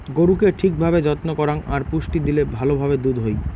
গরুকে ঠিক ভাবে যত্ন করাং আর পুষ্টি দিলে ভালো ভাবে দুধ হই